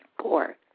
poor